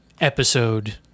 episode